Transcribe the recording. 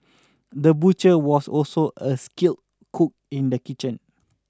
the butcher was also a skilled cook in the kitchen